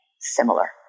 similar